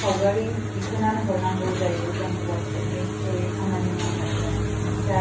सावगारि दिखोनानै हरनांगौ जायो जों वाटसएपनि थ्रुयै खामानि मावनायाव दा